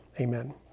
Amen